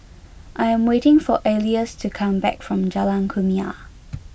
I am waiting for Alois to come back from Jalan Kumia